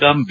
com B